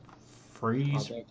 Freeze